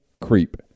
creep